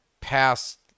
past